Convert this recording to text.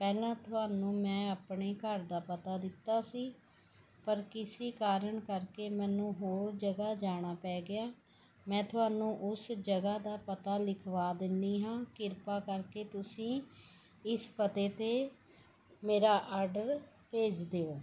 ਪਹਿਲਾਂ ਤੁਹਾਨੂੰ ਮੈਂ ਆਪਣੇ ਘਰ ਦਾ ਪਤਾ ਦਿੱਤਾ ਸੀ ਪਰ ਕਿਸੀ ਕਾਰਨ ਕਰਕੇ ਮੈਨੂੰ ਹੋਰ ਜਗ੍ਹਾ ਜਾਣਾ ਪੈ ਗਿਆ ਮੈਂ ਤੁਹਾਨੂੰ ਉਸ ਜਗ੍ਹਾ ਦਾ ਪਤਾ ਲਿਖਵਾ ਦਿੰਦੀ ਹਾਂ ਕਿਰਪਾ ਕਰਕੇ ਤੁਸੀਂ ਇਸ ਪਤੇ 'ਤੇ ਮੇਰਾ ਆਡਰ ਭੇਜ ਦਿਓ